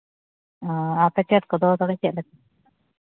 ᱟᱨ packet ᱠᱚᱫᱚ ᱛᱚᱵᱮ ᱪᱮᱫ ᱞᱮᱠᱟ